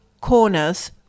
corners